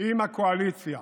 אם הקואליציה